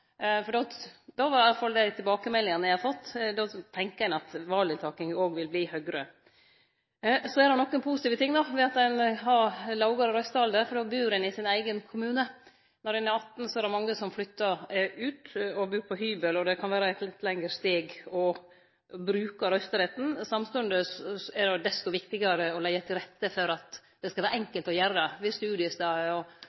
Då er iallfall dei tilbakemeldingane eg har fått, at ein tenkjer at valdeltakinga òg vil verte høgare. Så er det nokre positive ting med å ha lågare røystealder, for då bur ein i sin eigen kommune. Når ein er 18, er det mange som flyttar ut og bur på hybel, og det kan vere eit litt lengre steg å bruke røysteretten. Samstundes er det desto viktigare å leggje til rette for at det skal vere enkelt å gjere det, ved studiestader og